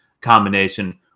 combination